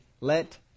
let